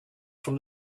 from